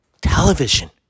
television